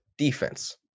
defense